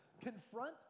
Confront